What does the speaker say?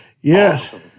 Yes